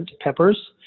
peppers